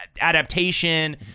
adaptation